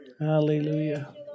Hallelujah